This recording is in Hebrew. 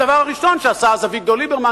הדבר הראשון שעשה אז אביגדור ליברמן